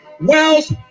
wells